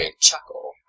chuckle